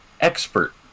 expert